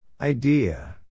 Idea